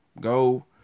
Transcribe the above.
go